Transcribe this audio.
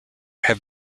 have